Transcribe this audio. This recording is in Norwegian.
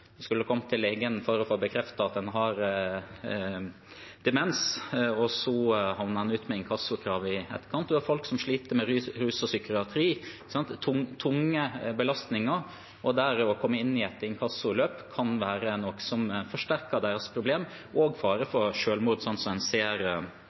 til legen for å få bekreftet at de har demens, og så ender de med inkassokrav i etterkant. Man har folk som sliter med rus og psykiatri, tunge belastninger, og det å komme inn i et inkassoløp kan være noe som forsterker deres problem og gir fare